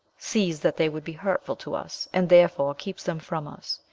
sees that they would be hurtful to us, and therefore keeps them from us,